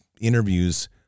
interviews